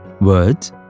Words